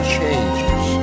changes